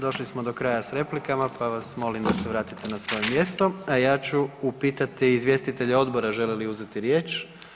Došli smo do kraja s replikama pa vas molim da se vratite na svoje mjesto, a ja ću upitati izvjestitelje odbora žele li uzeti riječ.